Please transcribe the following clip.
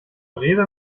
rewe